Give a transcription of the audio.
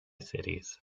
cities